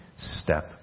step